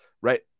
Right